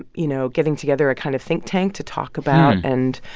you know, getting together a kind of think tank to talk about and,